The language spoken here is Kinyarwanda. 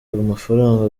amafaranga